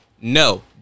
No